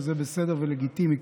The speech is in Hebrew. שזה בסדר ולגיטימי,